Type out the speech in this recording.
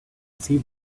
see